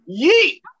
yeet